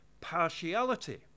partiality